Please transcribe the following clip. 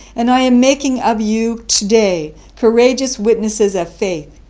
and i am making of you today courageous witnesses of faith.